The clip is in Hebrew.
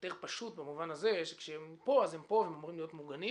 יותר פשוט במובן הזה שכשהם פה הם פה והם אמורים להיות מוגנים